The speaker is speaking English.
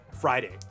Friday